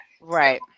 Right